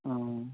हां